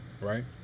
right